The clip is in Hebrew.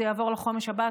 זה יעבור לחומש הבא,